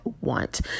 want